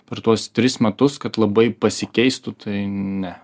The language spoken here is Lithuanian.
per tuos tris metus kad labai pasikeistų tai ne